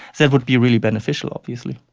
that would be really beneficial obviously.